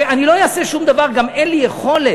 הרי אני לא אעשה שום דבר, גם אין לי יכולת.